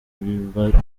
by’ibibazo